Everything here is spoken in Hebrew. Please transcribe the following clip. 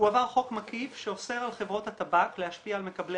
הועבר חוק מקיף שאוסר על חברות הטבק להשפיע ע ל מקבלי